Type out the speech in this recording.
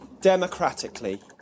democratically